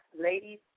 ladies